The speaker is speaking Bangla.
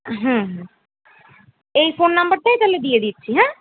হুম হুম এই ফোন নাম্বারটাই তাহলে দিয়ে দিচ্ছি হ্যাঁ